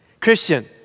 Christian